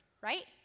right